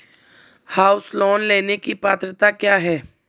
House loan लेने की पात्रता क्या है?